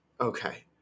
Okay